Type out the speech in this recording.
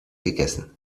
gegessen